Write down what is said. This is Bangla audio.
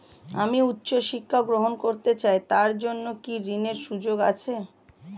আমি উচ্চ শিক্ষা গ্রহণ করতে চাই তার জন্য কি ঋনের সুযোগ আছে?